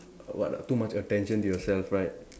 a what ah too much attention to yourself right